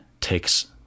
takes